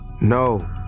No